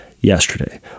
yesterday